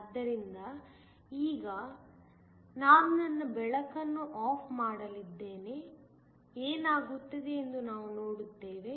ಆದ್ದರಿಂದ ಈಗ ನಾನು ನನ್ನ ಬೆಳಕನ್ನು ಆಫ್ ಮಾಡಲಿದ್ದೇನೆ ಏನಾಗುತ್ತದೆ ಎಂದು ನಾವು ನೋಡುತ್ತೇವೆ